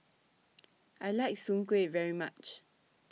I like Soon Kway very much